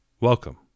Welcome